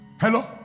hello